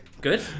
Good